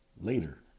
later